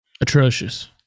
atrocious